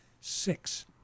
six